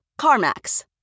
CarMax